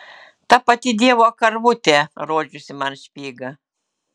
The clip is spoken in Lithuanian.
ta pati dievo karvutė rodžiusi man špygą